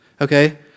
Okay